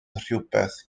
rhywbeth